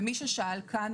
ומישהו שאל כאן,